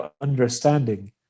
understanding